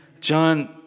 John